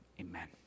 Amen